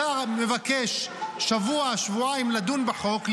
השר מבקש שבוע שבועיים לדון בחוק,